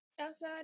Outside